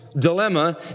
dilemma